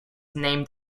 named